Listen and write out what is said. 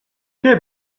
che